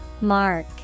Mark